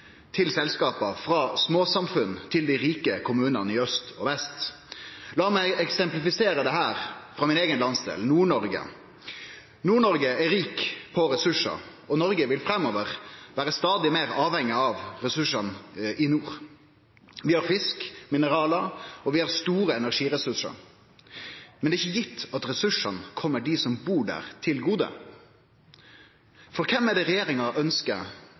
til selskap, frå småsamfunna til dei rike kommunane i aust og vest. Lat meg eksemplifisere dette frå min eigen landsdel, Nord-Noreg. Nord-Noreg er rik på ressursar, og Noreg vil framover vere stadig meir avhengig av ressursane i nord. Vi har fisk, mineralar, og vi har store energiressursar. Men det er ikkje gitt at naturressursane kjem dei som bur der, til gode. For kven er det regjeringa